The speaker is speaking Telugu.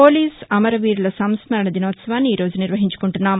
పోలీస్ అమరవీరుల సంస్మరణ దినోత్సవాన్ని ఈరోజు నిర్వహించుకుంటున్నాం